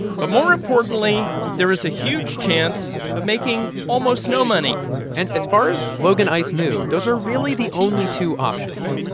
but more importantly, there is a huge chance of making almost no money and as far as logan ice knew, those were really the only two options.